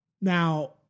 Now